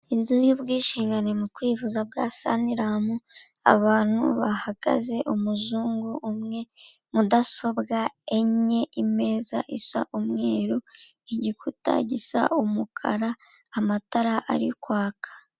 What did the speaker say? Inzu y'ubwishinngane mu kwivuza bwa saniramu, abantu bahagaze umuzungu umwe mudasobwa enye imeza isa umweru, igikuta gisa umukara amatara ari kwaka.